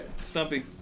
Stumpy